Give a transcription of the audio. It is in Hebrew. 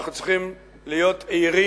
אנחנו צריכים להיות ערים,